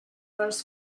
first